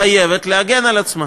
חייבת להגן על עצמה.